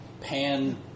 pan